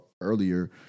earlier